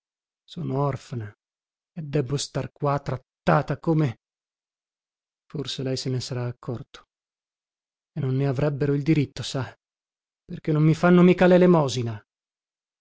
sono orfana e debbo star qua trattata come forse lei se ne sarà accorto e non ne avrebbero il diritto sa perché non mi fanno mica